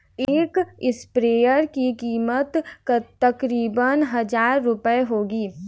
एक स्प्रेयर की कीमत तकरीबन हजार रूपए होगी